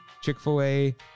Chick-fil-A